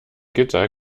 gitter